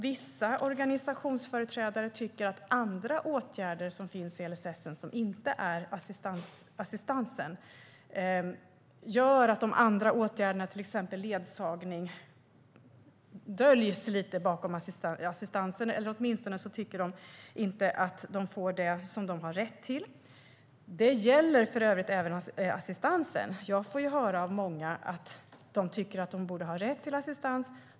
Vissa organisationsföreträdare tycker att andra åtgärder som finns i LSS, som inte är assistansen, döljs lite bakom assistansen - det kan till exempel gälla ledsagning. Åtminstone tycker de inte att de får det som de har rätt till. Det gäller för övrigt även assistansen. Jag får höra av många att de tycker att de borde ha rätt till assistans.